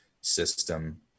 system